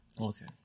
Okay